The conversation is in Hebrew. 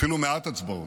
אפילו מעט הצבעות,